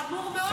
חמור מאוד.